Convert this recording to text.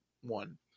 one